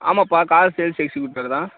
ஆமாப்பா car sales executive பேசுகிறேன்